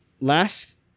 last